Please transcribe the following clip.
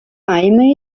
amy